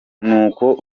nuko